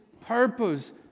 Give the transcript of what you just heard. purpose